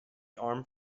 armed